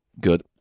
Good